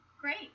Great